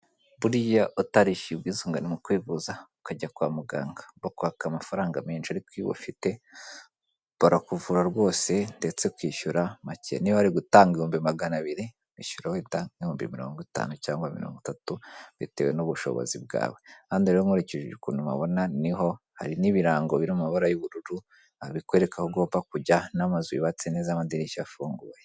Buriya utarishyuye ubwisungane mu kwivuza ukajya kwa muganga, bakwaka amafaranga menshi ariko iyo ubufite barakuvura rwose ndetse ukishyura make niba wari gutanga ibihumbi magana abiri ( 200,000 Rwf) wishyuraho wenda nki ibihumbi mirongo itanu cyangwa mirongo itatu bitewe n'ubushobozi bwawe .Hano rero nkurikije ukuntu mpabona niho hari n'ibirango biri mu mabara y'ubururu bikwereka aho ugomba kujya n'amazu yubatse neza ,amadirishya afunguye.